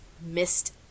missed